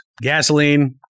gasoline